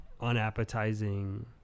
Unappetizing